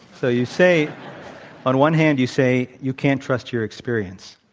so, you say on one hand, you say you can't trust your experience.